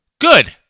good